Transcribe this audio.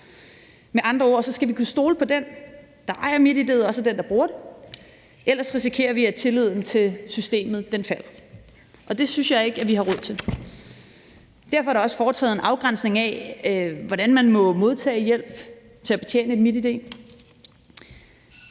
Med andre ord skal vi kunne stole på, at den, der ejer MitID'et, også er den, der bruger det. Ellers risikerer vi, at tilliden til systemet falder, og det synes jeg ikke at vi har råd til. Derfor er der også foretaget en afgrænsning af, hvordan man må modtage hjælp til at betjene et MitID.